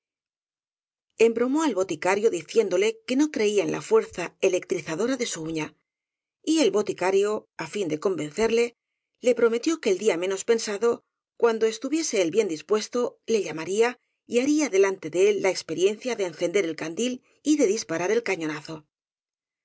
escuela embromó al boticario diciéndole que no creía en la fuerza electrizadora de su uña y el boticario á fin de convencerle le prometió que el día menos pensado cuando estuviese él bien dispuesto le lla maría y haría delante de él la experiencia de en cender el candil y de disparar el cañonazo